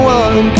one